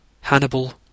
Hannibal